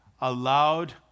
allowed